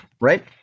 right